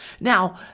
Now